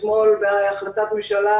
אתמול בהחלטת ממשלה